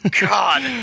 God